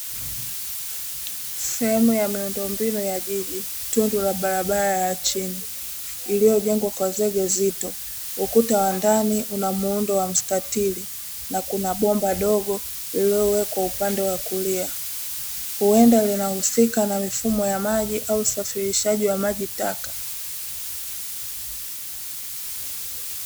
Sehemu ya miundo mbinu ya jiji, tundu la barabara la chini lililojengwa kwa zege zito, ukuta wa ndani una muundo wa mstatiri itumikayo katika usafirishaji wa maji taka.